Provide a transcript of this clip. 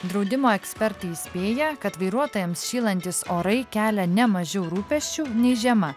draudimo ekspertai įspėja kad vairuotojams šylantys orai kelia ne mažiau rūpesčių nei žiema